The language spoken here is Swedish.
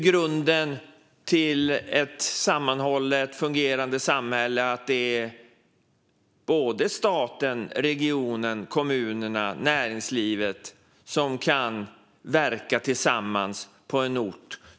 Grunden för ett sammanhållet och fungerande samhälle är att staten, regionen, kommunerna och näringslivet kan verka tillsammans på en ort.